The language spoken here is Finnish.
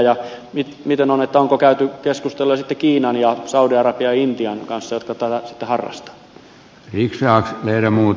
ja miten on onko käyty keskusteluja kiinan saudi arabian ja intian kanssa jotka tätä harrastavat